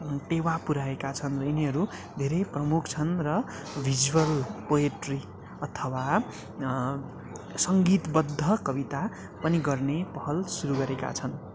टेवा पुऱ्याएका छन् र यिनीहरू धेरै प्रमुख छन् र भिजुअल पोयट्री अथवा सङ्गीतबद्ध कविता पनि गर्ने पहल सुरु गरेका छन्